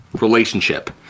relationship